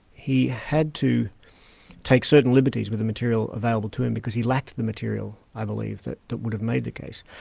he had to take certain liberties with the material available to him, because he lacked the material i believe, that that would have made the case.